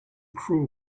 crew